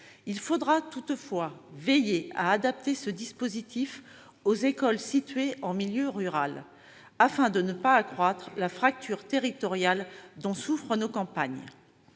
Il faudra toutefois veiller à adapter ce dispositif aux écoles situées en milieu rural afin de ne pas accroître la fracture territoriale dont souffrent nos campagnes.